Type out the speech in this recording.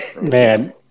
Man